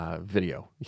video